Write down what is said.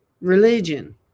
religion